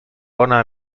bona